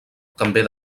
també